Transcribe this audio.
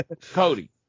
Cody